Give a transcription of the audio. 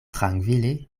trankvile